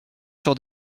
sur